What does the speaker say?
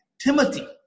Timothy